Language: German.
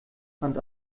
hand